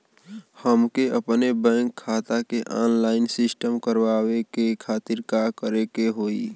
हमके अपने बैंक खाता के ऑनलाइन सिस्टम करवावे के खातिर का करे के होई?